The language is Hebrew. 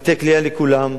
בתי-כליאה לכולם,